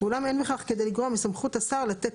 ואולם אין בכך כדי לגרוע מסמכות השר לתת